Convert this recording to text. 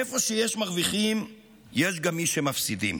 איפה שיש מרוויחים יש גם מי שמפסידים.